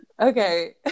Okay